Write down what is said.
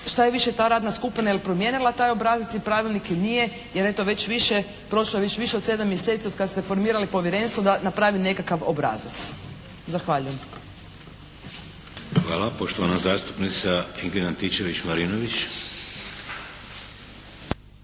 šta je više ta radna skupina jel' promijenila taj obrazac i pravilnik ili nije jer eto već više, prošlo je već više od 7 mjeseci od kad ste formirali povjerenstvo da napravi nekakav obrazac. Zahvaljujem. **Šeks, Vladimir (HDZ)** Hvala. Poštovana zastupnica Ingrid Antičević-Marinović.